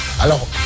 Alors